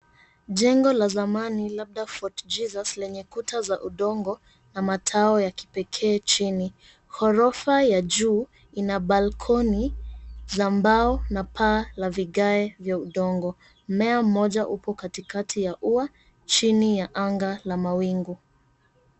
Jengo la zamani labda Fort Jesus lenye kuta za udongo na matao ya kipekee chini ghorofa ya juu ina balkoni za mbao na paa la vigae vya udongo mmea mmoja upo katikati ya ua chini ya anga la mawingu.